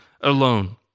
alone